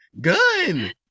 gun